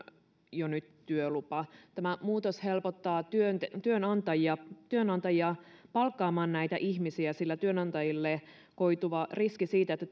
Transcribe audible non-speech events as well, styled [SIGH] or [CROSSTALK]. jo nyt työlupa tämä muutos helpottaa työnantajia työnantajia palkkaamaan näitä ihmisiä sillä työnantajille koituva riski siitä että [UNINTELLIGIBLE]